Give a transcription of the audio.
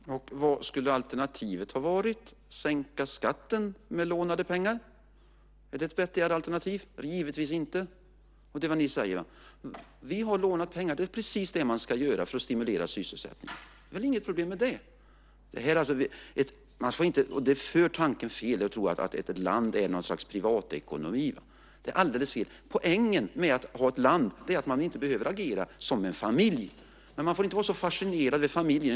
Fru talman! Och vad skulle alternativet ha varit? Att sänka skatten med lånade pengar? Är det ett vettigare alternativ? Givetvis inte! Och det är vad ni säger. Vi har lånat pengar. Det är precis det man ska göra för att stimulera sysselsättningen. Det är väl inget problem med det! Det för tanken fel att tro att ett land är något slags privatekonomi. Det är alldeles fel. Poängen med att ha ett land är att man inte behöver agera som en familj. Men man får inte vara så fascinerad över familjen.